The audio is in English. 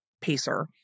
PACER